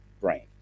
brain